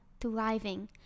thriving